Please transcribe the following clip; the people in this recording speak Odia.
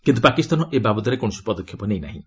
କିନ୍ତୁ ପାକିସ୍ତାନ ଏ ବାବଦରେ କୌଣସି ପଦକ୍ଷେପ ନେଇ ନାହିଁ